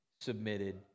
submitted